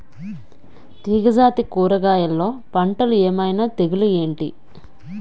తీగ జాతి కూరగయల్లో పంటలు ఏమైన తెగులు ఏంటి?